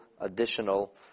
additional